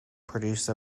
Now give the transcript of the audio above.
produce